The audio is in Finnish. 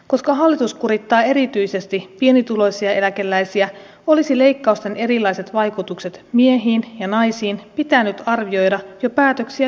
koska hallitus kurittaa erityisesti pienituloisia eläkeläisiä olisi leikkausten erilaiset vaikutukset miehiin ja naisiin pitänyt arvioida jo päätöksiä tehtäessä